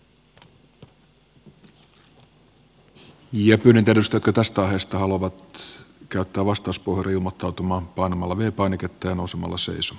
pyydän niitä edustajia jotka tästä aiheesta haluavat käyttää vastauspuheenvuoron ilmoittautumaan painamalla v painiketta ja nousemalla seisomaan